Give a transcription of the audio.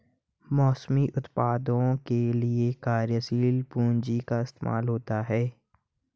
मौसमी उत्पादों के लिये कार्यशील पूंजी का इस्तेमाल होता है